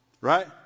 Right